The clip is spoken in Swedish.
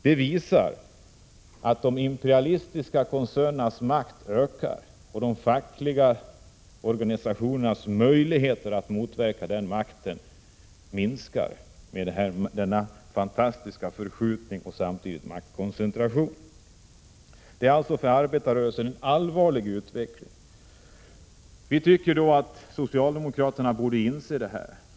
Det visar att de imperialistiska koncernernas makt ökar och att de fackliga organisationernas möjligheter att motverka denna makt minskar med denna fantastiska förskjutning och maktkoncentration. Det är alltså en för arbetarrörelsen allvarlig utveckling. Vi tycker att socialdemokraterna borde inse detta.